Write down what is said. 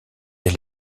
elle